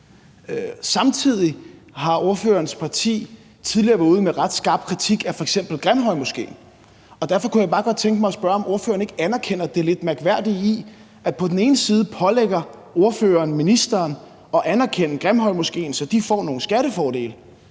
Samtidig har ordførerens parti tidligere været ude med ret skarp kritik af f.eks. Grimhøjmoskéen. Derfor kunne jeg bare godt tænke mig at spørge, om ordføreren ikke anerkender det lidt mærkværdige i, at ordføreren på den ene side pålægger ministeren at anerkende Grimhøjmoskéen, så de får nogle skattefordele,